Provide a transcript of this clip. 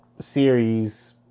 series